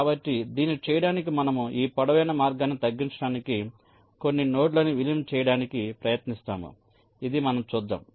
కాబట్టి దీన్ని చేయడానికి మనము ఈ పొడవైన మార్గాన్ని తగ్గించడానికి కొన్ని నోడ్లను విలీనం చేయడానికి ప్రయత్నిస్తాము ఇది మనం చూద్దాం